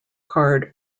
card